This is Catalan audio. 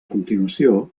continuació